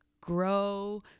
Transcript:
grow